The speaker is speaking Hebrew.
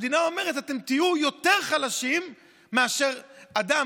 המדינה אומרת: אתם תהיו יותר חלשים מאשר אדם